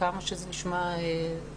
כמה שזה נשמע תמוה.